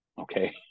okay